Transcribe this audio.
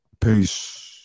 Peace